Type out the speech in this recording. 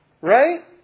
right